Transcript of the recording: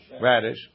radish